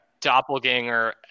doppelganger